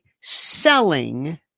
selling